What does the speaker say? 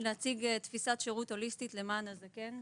להציג תפיסת שירות הוליסטית למען הזקן,